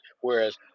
whereas